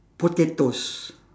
potatoes